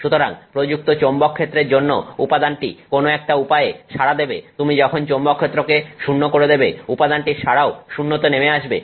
সুতরাং প্রযুক্ত চৌম্বকক্ষেত্রের জন্য উপাদানটি কোন একটা উপায়ে সাড়া দেবে তুমি যখন চৌম্বকক্ষেত্রকে 0 করে দেবে উপাদানটির সাড়াও 0 তে নেমে আসবে